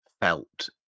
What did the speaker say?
felt